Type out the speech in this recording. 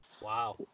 Wow